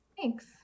Thanks